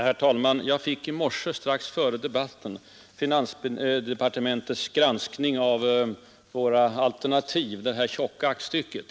Herr talman! Jag fick i morse, strax före debatten, finansdepartementets granskning av våra alternativ en tjock lunta.